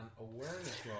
awareness